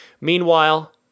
Meanwhile